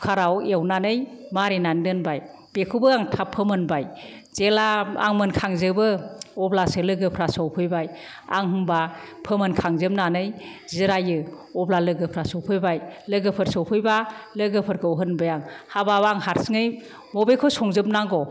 कुकाराव एवनानै मारिनानै दोनबाय बेखौबो आङो थाब फोमोनबाय जेला आं मोनखांजोबो अब्लासो लोगोफ्रा सौफैबाय आं होनबा फोमोनखांजोबनानै जिरायो अब्ला लोगोफ्रा सौफैबाय लोगोफोर सौफैबा लोगोफोरखौ होनबाय आं हाबाब आं हारसिङै बबेखौ संजोबनांगौ